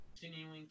Continuing